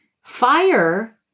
Fire